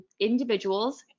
individuals